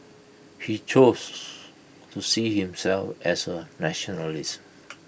he chose to see himself as A nationalist